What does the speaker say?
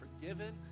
forgiven